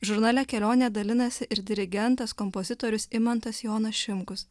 žurnale kelionė dalinasi ir dirigentas kompozitorius imantas jonas šimkus